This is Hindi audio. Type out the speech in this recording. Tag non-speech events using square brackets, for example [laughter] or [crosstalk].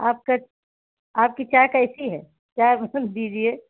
आप क आपकी चाय कैसी है चाय [unintelligible] दीजिए